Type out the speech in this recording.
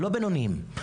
לא בינוניים.